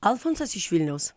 alfonsas iš vilniaus